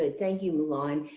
ah thank you, milan.